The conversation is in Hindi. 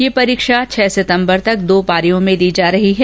ये परीक्षा छह सितम्बर तक दो पारियों में हो रही है